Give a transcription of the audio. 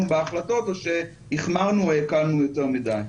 בהחלטות או שהחמרנו או הקלנו יותר מדי,